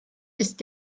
ist